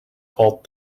called